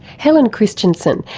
helen christensen,